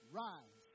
rise